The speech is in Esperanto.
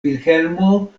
vilhelmo